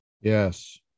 Yes